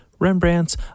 Rembrandt's